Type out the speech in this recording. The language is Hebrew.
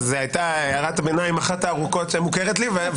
זו הייתה הערת ביניים אחת הארוכות שמוכרת לי.